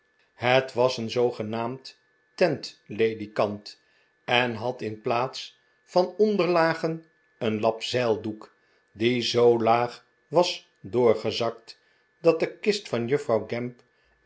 het was een zoogenaamd tentledikant en had in plaats van onderlagen een lap zeildoek die zoo laag was doorgezakt dat de kist van juffrouw gamp